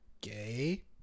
gay